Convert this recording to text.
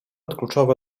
kluczowe